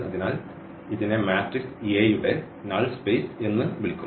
അതിനാൽ ഇതിനെ മാട്രിക്സ് എയുടെ നൾ സ്പേസ് എന്ന് വിളിക്കുന്നു